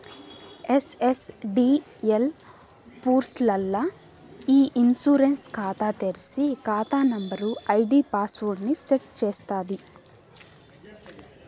NSDL పూర్స్ ల్ల e insurance కాతా తెర్సి, కాతా నంబరు, ఐడీ పాస్వర్డ్ ని సెట్ చేస్తాది